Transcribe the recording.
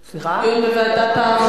לדיון, דיון בוועדה.